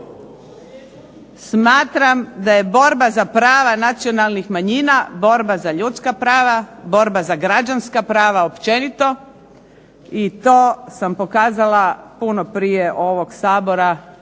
smatram da je borba za prava nacionalnih manjina borba za ljudska prava, borba za građanska prava općenito i to sam pokazala puno prije ovog Sabora,